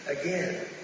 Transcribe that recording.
again